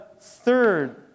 third